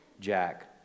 Jack